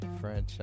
franchise